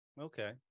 Okay